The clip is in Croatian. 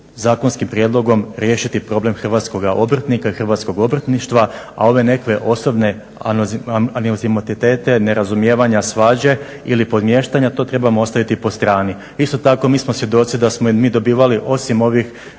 zakonskim prijedlogom riješiti problem hrvatskoga obrtnika i hrvatskoga obrtništva a ove nekakve osobne …/Govornik se ne razumije./… nerazumijevanja, svađe ili podmještanja to trebamo ostaviti postrani. Isto tako mi smo svjedoci da smo mi dobivali osim ovih